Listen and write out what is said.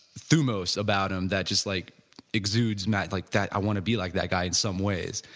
thumos about him that just like exudes not like that, i want to be like that guy in some ways,